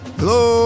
Hello